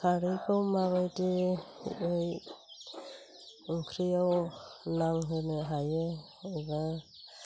खारैखौ माबायदियै ओंख्रियाव नांहोनो हायो एबा